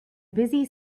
busy